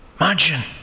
Imagine